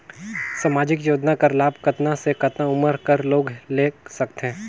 समाजिक योजना कर लाभ कतना से कतना उमर कर लोग ले सकथे?